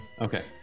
okay